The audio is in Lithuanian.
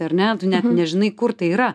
ar ne tu net nežinai kur tai yra